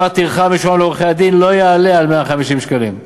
הטרחה המשולם לעורכי-הדין לא יעלה על 150 שקלים."